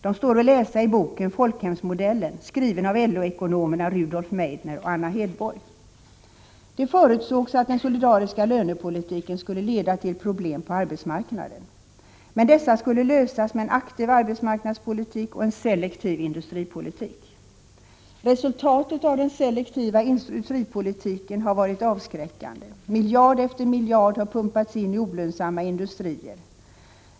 De står att läsa i boken Folkhemsmodellen, skriven av LO-ekonomerna Rudolf Meidner och Anna Hedborg. Det förutsågs att den solidariska lönepolitiken skulle leda till problem på arbetsmarknaden, men dessa skulle lösas med en aktiv arbetsmarknadspolitik och en selektiv industripolitik. Resultatet av den selektiva industripolitiken har varit avskräckande. Miljard efter miljard har pumpats in i olönsamma industrier.